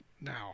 now